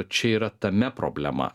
čia yra tame problema